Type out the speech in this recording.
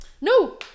No